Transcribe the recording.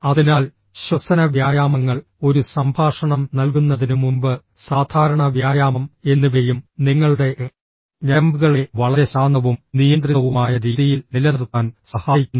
അതിനാൽ ശ്വസന വ്യായാമങ്ങൾ ഒരു സംഭാഷണം നൽകുന്നതിനുമുമ്പ് സാധാരണ വ്യായാമം എന്നിവയും നിങ്ങളുടെ ഞരമ്പുകളെ വളരെ ശാന്തവും നിയന്ത്രിതവുമായ രീതിയിൽ നിലനിർത്താൻ സഹായിക്കുന്നു